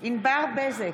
ענבר בזק,